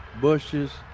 bushes